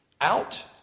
out